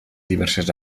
diverses